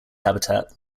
habitat